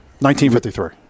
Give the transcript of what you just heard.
1953